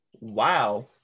Wow